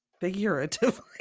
Figuratively